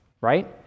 right